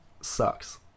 sucks